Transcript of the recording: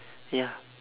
ya